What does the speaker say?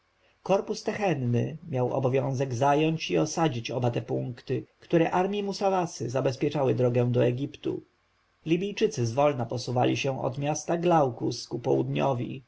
korpus tehenny miał obowiązek zająć i osadzić oba te punkty które armji musawasy zabezpieczały drogę do egiptu libijczycy zwolna posuwali się od miasta glaukus ku południowi